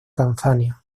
tanzania